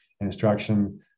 instruction